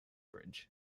bridge